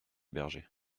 berger